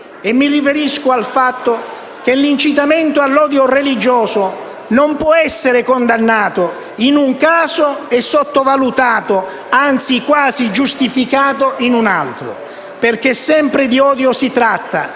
Mi riferisco al fatto che l'incitamento all'odio religioso non può essere condannato in un caso e sottovalutato, anzi quasi giustificato, in un altro, perché sempre di odio si tratta